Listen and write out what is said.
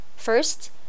First